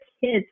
kids